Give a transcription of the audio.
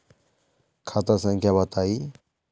खाता संख्या बताई?